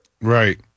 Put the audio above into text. Right